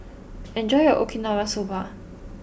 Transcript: enjoy your Okinawa Soba